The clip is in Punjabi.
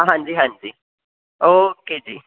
ਹਾਂਜੀ ਹਾਂਜੀ ਓਕੇ ਜੀ